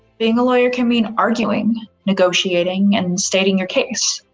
being a lawyer can mean arguing, negotiating, and stating your case,